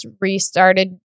restarted